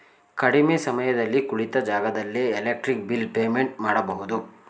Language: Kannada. ಕಡಿಮೆ ಸಮಯದಲ್ಲಿ ಕುಳಿತ ಜಾಗದಲ್ಲೇ ಎಲೆಕ್ಟ್ರಿಕ್ ಬಿಲ್ ಪೇಮೆಂಟ್ ಮಾಡಬಹುದು